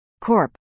Corp